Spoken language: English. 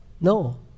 No